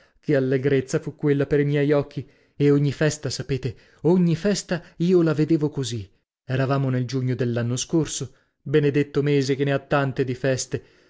nulla che allegrezza fu quella per i miei occhi e ogni festa sapete ogni festa io la vedevo così eravamo nel giugno dell'anno scorso benedetto mese che ne ha tante di feste